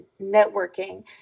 networking